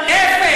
זה יהיה דיון